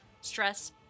stress